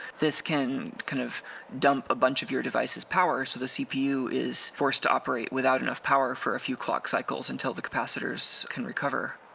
this can kind of dump a bunch of your device's power so the cpu is forced to operate without enough power for a few clock cycles until the capacitors can recover.